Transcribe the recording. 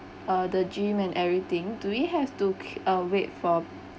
uh the gym and everything do we have to qu~ uh wait for